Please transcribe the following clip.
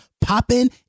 popping